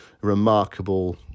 remarkable